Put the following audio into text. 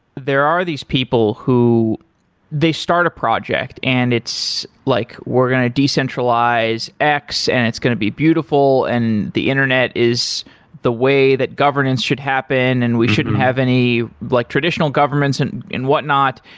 there are these people who they start a project and it's like we're going to decentralize x and it's going to be beautiful and the internet is the way that governance should happen and we shouldn't have any like traditional governments and whatnot.